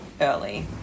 early